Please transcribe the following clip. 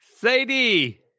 Sadie